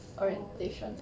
oh